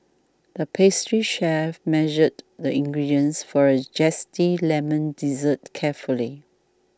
the pastry chef measured the ingredients for a Zesty Lemon Dessert carefully